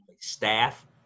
staff